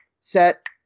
Set